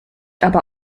aber